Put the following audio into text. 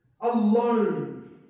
alone